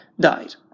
died